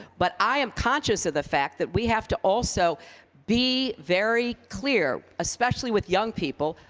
but i am conscious of the fact that we have to also be very clear, especially with young people,